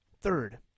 Third